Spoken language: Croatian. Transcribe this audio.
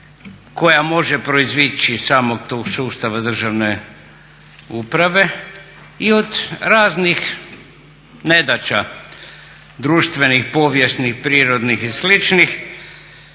koja može proizaći iz samog tog sustava državne uprave i od raznih nedaća društvenih, povijesnih, prirodnih i